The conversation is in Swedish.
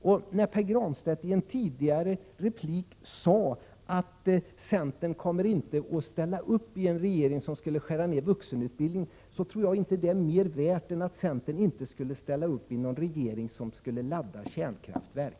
I en tidigare replik sade Pär Granstedt att centern inte kommer att medverka i en regering som skär ned vuxenutbildningen. Men det tror jag är lika litet värt som talet om att centern inte skulle vara med i en regering som laddade kärnkraftverk.